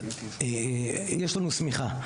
אז יש לנו שמיכה,